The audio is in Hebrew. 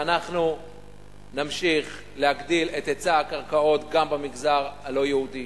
שאנחנו נמשיך להגדיל את היצע הקרקעות גם במגזר הלא-יהודי,